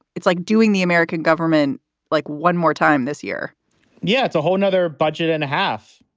it's like doing the american government like one more time this year yeah, it's a whole nother budget and a half.